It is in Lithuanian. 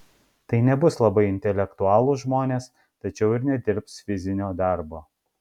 tai nebus labai intelektualūs žmonės tačiau ir nedirbs fizinio darbo